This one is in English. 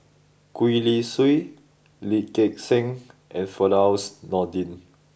Gwee Li Sui Lee Gek Seng and Firdaus Nordin